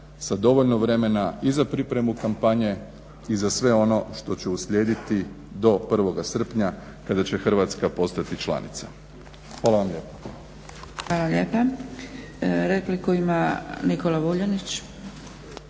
sa dovoljno vremena i za pripremu kompanije i za sve ono što će uslijediti do 1. srpnja kada će Hrvatska postati članica. Hvala vam lijepa. **Zgrebec, Dragica (SDP)** Hvala lijepa. Repliku ima Nikola Vuljanić.